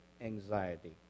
anxiety